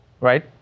right